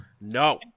No